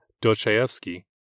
Dostoevsky